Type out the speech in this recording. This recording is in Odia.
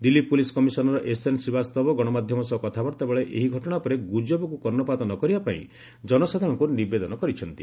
Delhi police commissioner SN Srivastava ଗଣମାଧ୍ୟମ ସହ କଥାବାର୍ତ୍ତା ବେଳେ ଏହି ଘଟଣା ଉପରେ ଗୁଜବକୁ କର୍ଣ୍ଣପାତ ନ କରିବା ପାଇଁ ଜନସାଧାରଣଙ୍କୁ ନିବେଦନ କରିଛନ୍ତି